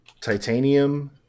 titanium